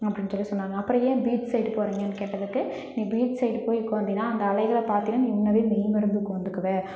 அப்படின்னு சொல்லி சொன்னாங்க அப்புறம் ஏன் பீச் சைடு போகறீங்கன்னு கேட்டதுக்கு நீ பீச் சைடு போய் உட்காந்தீனா அந்த அலைகளை பார்த்தீனா நீ உன்னவே மெய் மறந்து உட்காந்துருக்குவ